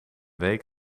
week